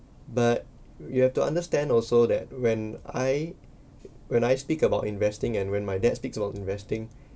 but you have to understand also that when I when I speak about investing and when my dad speaks about investing